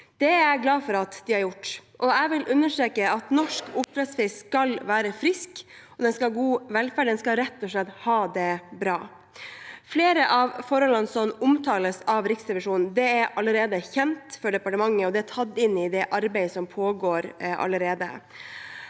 Det er jeg glad for at de har gjort, og jeg vil understreke at norsk oppdrettsfisk skal være frisk, og den skal ha god velferd. Den skal rett og slett ha det bra. Flere av forholdene som omtales av Riksrevisjonen, er allerede kjent for departementet, og det er tatt inn i det arbeidet som pågår.